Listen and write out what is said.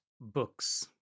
books